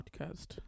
podcast